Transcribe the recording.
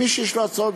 מי שיש לו הצעות,